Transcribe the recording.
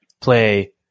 play